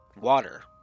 water